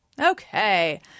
Okay